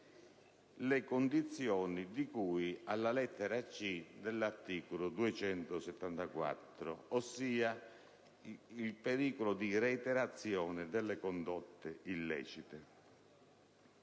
le condizioni di cui alla lettera *c)* dello stesso articolo, ossia il pericolo di reiterazione delle condotte illecite.